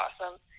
awesome